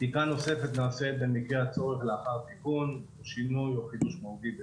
בדיקה נוספת נעשית במקרה הצורך לאחר תיקון או שינוי משמעותי באנייה.